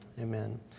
Amen